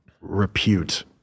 repute